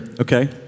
okay